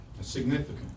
significant